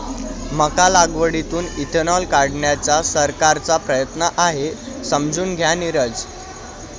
मका लागवडीतून इथेनॉल काढण्याचा सरकारचा प्रयत्न आहे, समजून घ्या नीरज